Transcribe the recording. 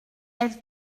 elle